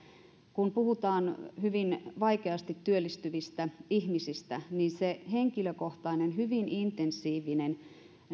kun puhutaan hyvin vaikeasti työllistyvistä ihmisistä niin se henkilökohtainen hyvin intensiivinen